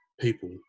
people